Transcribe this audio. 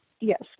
Yes